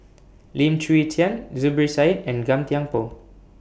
Lim Chwee Chian Zubir Said and Gan Thiam Poh